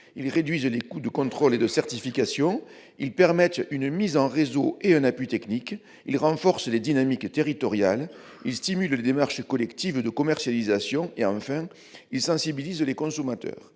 ils réduisent les coûts de contrôle et de certification ; ils permettent une mise en réseau et un appui technique ; ils renforcent les dynamiques territoriales ; ils stimulent les démarches collectives de commercialisation ; enfin, ils sensibilisent les consommateurs.